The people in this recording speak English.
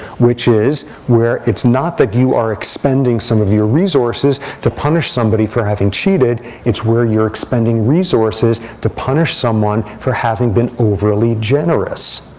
which is where it's not that you are expending some of your resources to punish somebody for having cheated. it's where you're expending resources to punish someone for having been overly generous.